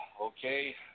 okay